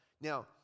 Now